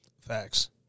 Facts